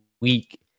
week